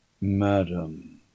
madam